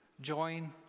join